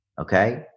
Okay